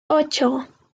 ocho